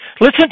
Listen